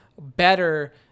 better